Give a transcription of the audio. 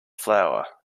flour